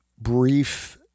brief